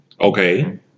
Okay